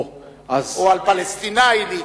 או על פלסטיני להיכנס,